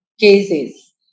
cases